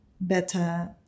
better